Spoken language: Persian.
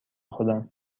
خودم